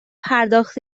پرداخت